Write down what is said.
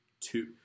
two